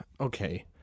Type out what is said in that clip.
Okay